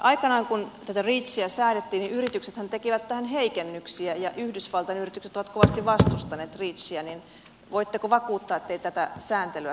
aikanaan kun tätä reachiä säädettiin yrityksethän tekivät tähän heikennyksiä ja yhdysvaltalaiset yritykset ovat kovasti vastustaneet reachiä joten voitteko vakuuttaa ettei tätä sääntelyä tulla muuttamaan